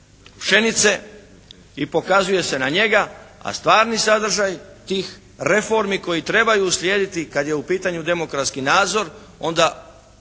pšenice i pokazuje se na njega, a stvarni sadržaj tih reformi koje trebaju uslijediti kad je u pitanju demokratski andzor onda